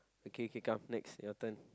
okay okay come next your turn